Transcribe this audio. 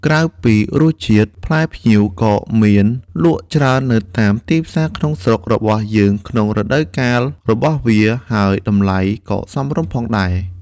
ក្រៅពីរសជាតិ ផ្លែផ្ញៀវក៏មានលក់ច្រើននៅតាមទីផ្សារក្នុងស្រុករបស់យើងក្នុងរដូវកាលរបស់វា ហើយតម្លៃក៏សមរម្យផងដែរ។